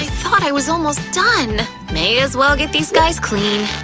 thought i was almost done. may as well get these guys clean!